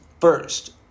first